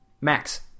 Max